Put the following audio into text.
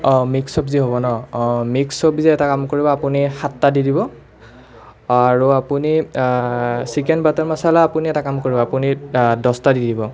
অঁ মিক্স চব্জী হ'ব ন অঁ মিক্স চব্জী এটা কাম কৰিব আপুনি সাতটা দি দিব আৰু আপুনি চিকেন বাটাৰ মাছালা আপুনি এটা কাম কৰিব আপুনি দহটা দি দিব